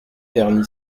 terny